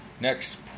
next